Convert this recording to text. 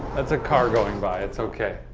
that's a car going by, it's okay.